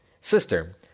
Sister